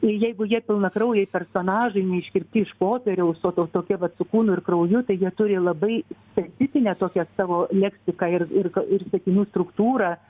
ir jeigu jie pilnakraujai personažai neiškirpti iš popieriaus o to tokie vat su kūnu ir krauju tai jie turi labai specifinę tokią savo leksiką ir ir ir sakinių struktūrą